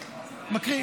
מקריא.